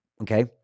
Okay